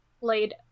laid